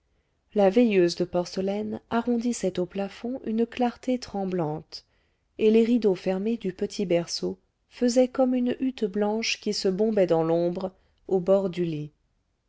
la veilleuse de porcelaine arrondissait au plafond une clarté tremblante et les rideaux fermés du petit berceau faisaient comme une hutte blanche qui se bombait dans l'ombre au bord du lit